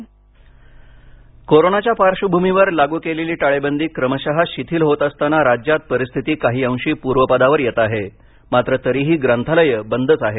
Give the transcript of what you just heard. ग्रंथालय कोरोनाच्या पार्श्वभूमीवर लागू केलेली टाळेबंदी क्रमशः शिथिल होत असताना राज्यात परिस्थिती काही अंशी पूर्वपदावर येत आहे मात्र तरीही ग्रंथालयं बंदच आहेत